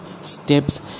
steps